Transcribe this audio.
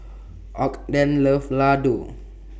Ogden loves Ladoo